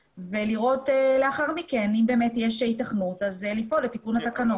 ולראות לאחר מכן אם באמת יש ייתכנות אז לשנות את התקנות.